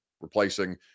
replacing